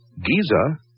Giza